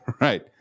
Right